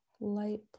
light